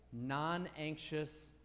non-anxious